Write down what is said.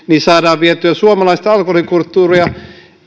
saadaan vietyä suomalaista alkoholikulttuuria